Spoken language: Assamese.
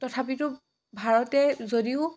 তথাপিতো ভাৰতে যদিও